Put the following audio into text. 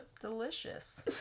delicious